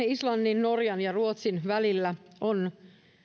islannin norjan ja ruotsin välillä on